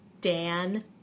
Dan